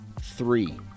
Three